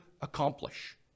accomplish